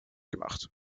gemacht